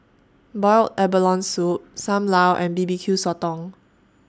boiled abalone Soup SAM Lau and B B Q Sotong